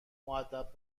مودب